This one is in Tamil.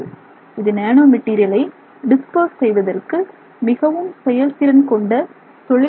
இது நானோ மெட்டீரியலை பரப்புவதற்கு மிகவும் செயல்திறன் கொண்ட தொழில் நுட்பமாகும்